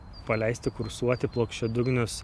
paleisti kursuoti plokščiadugnius